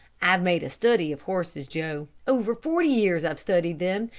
i've made a study of horses, joe. over forty years i've studied them,